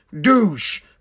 Douche